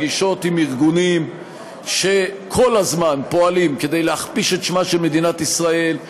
פגישות עם ארגונים שכל הזמן פועלים כדי להכפיש את שמה של מדינת ישראל,